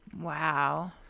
Wow